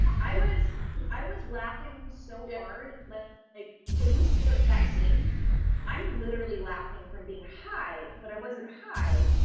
i was i was laughing so hard that like when you see that that scene i'm literally laughing from being high but i wasn't high.